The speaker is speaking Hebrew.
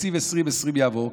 ש-2020 יעבור,